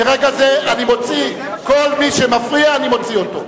מרגע זה אני מוציא, כל מי שמפריע אני מוציא אותו.